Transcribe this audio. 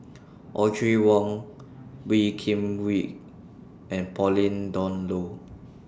Audrey Wong Wee Kim Wee and Pauline Dawn Loh